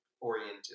oriented